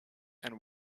and